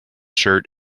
shirt